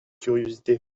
curiosité